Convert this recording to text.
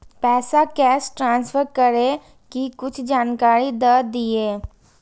पैसा cash transfer करऐ कि कुछ जानकारी द दिअ